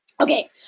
Okay